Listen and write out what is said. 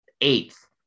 eighth